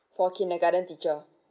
for kindergarten teacher